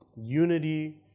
unity